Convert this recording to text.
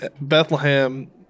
Bethlehem